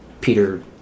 Peter